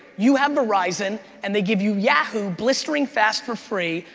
you have verizon and they give you yahoo, blistering fast for free,